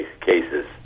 cases